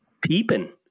Peeping